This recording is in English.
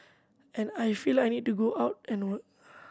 and I feel I need to go out and work